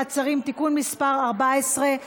מעצרים) (תיקון מס' 14),